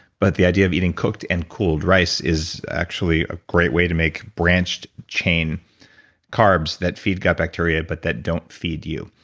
but the idea of eating cooked-and-cooled rice is actually a great way to make branched-chain carbs that feed gut bacteria but that don't feed you.